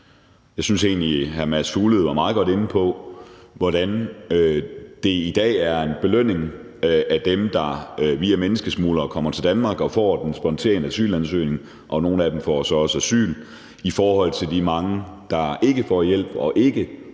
Jeg synes egentlig, hr. Mads Fuglede beskrev meget godt, hvordan man i dag belønner dem, der via menneskesmuglere kommer til Danmark og kan foretage spontan asylansøgning – nogle af dem får så også asyl – i forhold til de mange, der ikke får hjælp og ikke får